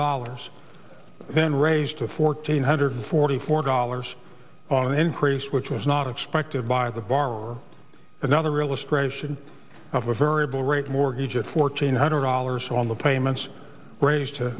dollars then raised to fourteen hundred forty four dollars on an increase which was not expected by the bar or another illustration of a variable rate mortgage at fourteen hundred dollars on the payments range to